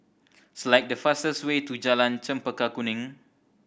select the fastest way to Jalan Chempaka Kuning